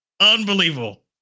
Unbelievable